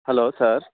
hello sir